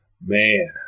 Man